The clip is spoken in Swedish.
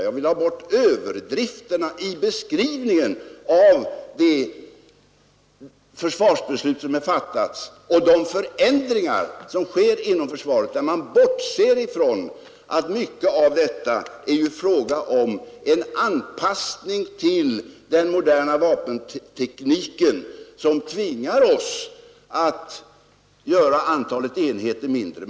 Jag vill ha bort överdrifterna i beskrivningarna av det försvarsbeslut som är fattat och de förändringar som sker inom försvaret — i beskrivningarna bortser man från att det är fråga om en anpassning till den moderna vapentekniken, som tvingar oss att göra antalet enheter mindre.